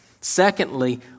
Secondly